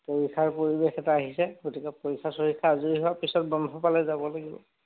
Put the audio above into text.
পৰীক্ষাৰ পৰিৱেশ এটা আহিছে গতিকে পৰীক্ষা চৰীক্ষা আজৰি হোৱাৰ পিছত বন্ধ পালে যাব লাগিব